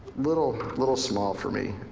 little little small for me.